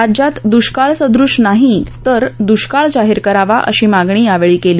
राज्यात दुष्काळसदृश नाही तर दुष्काळ जाहीर करावा अशी मागणी त्यांनी यावेळी केली